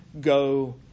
go